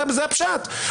זה הפשט.